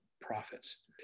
profits